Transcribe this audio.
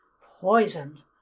Poisoned